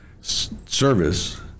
service